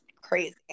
crazy